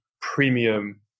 premium